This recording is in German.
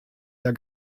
der